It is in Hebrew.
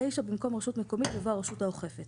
ברישה במקום "רשות מקומית" יבוא "הרשות האוכפת".